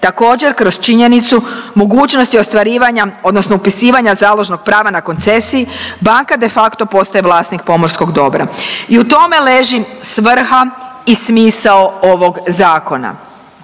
Također, kroz činjenicu mogućnosti ostvarivanja odnosno upisivanja založnog prava na koncesiji banka de facto postaje vlasnik pomorskog dobra. I u tome leži svrha i smisao ovog zakona.